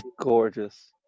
gorgeous